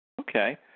Okay